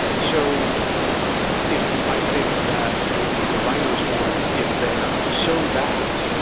so if i think that maybe the rhino's horn is there so that